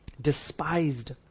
despised